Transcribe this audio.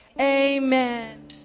Amen